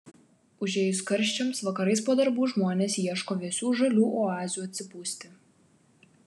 užėjus karščiams vakarais po darbų žmonės ieško vėsių žalių oazių atsipūsti